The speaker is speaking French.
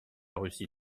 russie